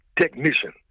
technician